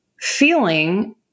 feeling